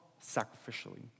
sacrificially